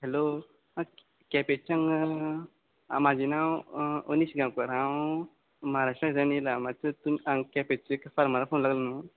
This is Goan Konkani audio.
हॅलो आं केंपेच्यान आं म्हजें नांव अनीश गांवकार हांव म्हाराष्ट्रांतल्यान आयला मात्शें तुम हांगा केंपेची एक फार्मास फोन लागला न्हय